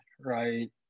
Right